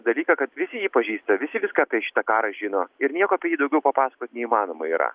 dalyką kad visi jį pažįsta visi viską apie šitą karą žino ir nieko apie jį daugiau papasakot neįmanoma yra